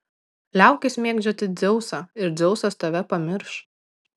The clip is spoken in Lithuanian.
liaukis mėgdžioti dzeusą ir dzeusas tave pamirš